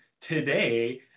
today